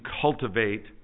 cultivate